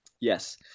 Yes